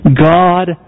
God